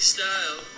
style